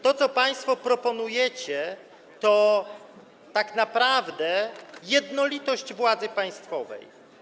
To, co państwo proponujecie, to tak naprawdę jednolitość władzy państwowej.